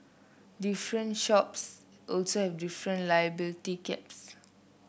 different shops also have different liability caps